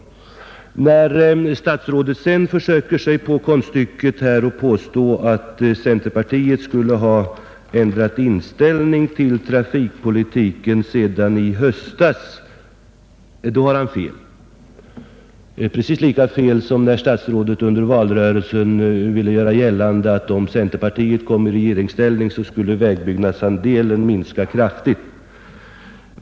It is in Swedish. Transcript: När statsrådet sedan försöker sig på konststycket att påstå att centerpartiet skulle ha ändrat inställning till trafikpolitiken sedan i höstas, så har han fel — precis lika fel som när han under valrörelsen ville göra gällande att om centerpartiet kommer i regeringsställning skulle vägbyggnadsandelen minska kraftigt.